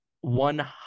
one